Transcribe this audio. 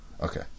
Okay